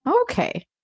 Okay